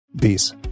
Peace